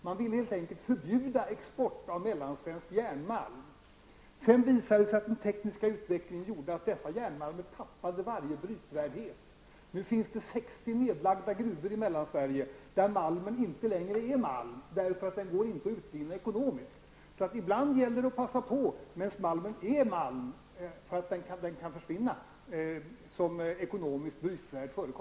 Man ville helt enkelt förbjuda export av mellansvensk järnmalm. Sedan visade det sig att den tekniska utvecklingen gjorde att dessa järnmalmer förlorade hela sitt brytningsvärde. Nu finns det sextio nedlagda gruvor i Mellansverige där malmen inte längre är malm, eftersom den inte går att utvinna ekonomiskt. Ibland gäller det alltså att passa på medan malmen är malm, eftersom den kan förlora sitt ekonomiska brytningsvärde.